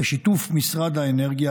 בשיתוף משרד האנרגיה,